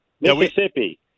Mississippi